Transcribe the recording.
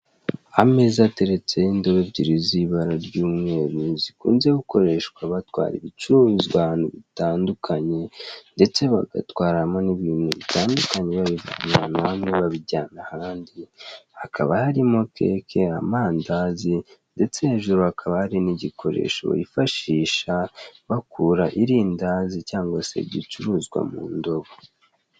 Ameza ateretseho indobo z'ibara ebyiri z'ibara ry'umweru, zikunze gukoreshwa batwara ibicuruzwa bitandukanye, ndetse bagatwaramo ibintu bitandukanye babivana ahantu hamwe babijyana ahandi, hakaba harimo keke, amandazi, ndetse hejuru hakaba hari n'igikoresho bifashisha bakura irindazi cyangwa se igicuruzwa mu ndobo.